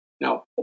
Now